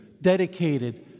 dedicated